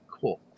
cool